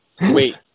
Wait